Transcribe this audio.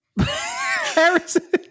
Harrison